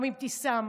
גם אבתיסאם